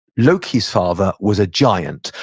loki's father was a giant.